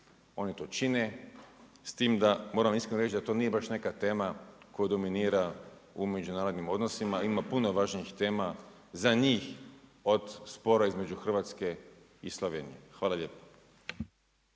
oni to čine s tim da moram iskreno reći da to nije baš neka tema koja dominira u međunarodnim odnosima. Ima puno važnijih tema za njih od spora između Hrvatske i Slovenije. Hvala lijepa.